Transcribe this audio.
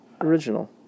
Original